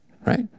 right